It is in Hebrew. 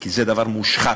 כי זה דבר מושחת,